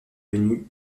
devenue